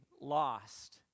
lost